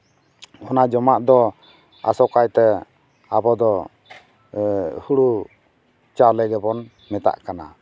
ᱚᱱᱟ ᱡᱚᱢᱟᱠ ᱫᱚ ᱟᱥᱚᱠᱟᱭᱛᱮ ᱟᱵᱚ ᱫᱚ ᱦᱳᱲᱳ ᱪᱟᱣᱞᱮ ᱜᱮᱵᱚᱱ ᱢᱮᱛᱟᱜ ᱠᱟᱱᱟ